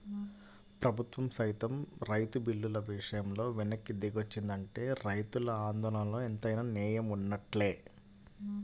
ప్రభుత్వం సైతం రైతు బిల్లుల విషయంలో వెనక్కి దిగొచ్చిందంటే రైతుల ఆందోళనలో ఎంతైనా నేయం వున్నట్లే